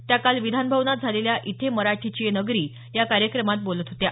त्या काल विधानभवनात झालेल्या इये मराठीचीये नगरी या कार्यक्रमात बोलत होत्या